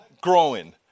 growing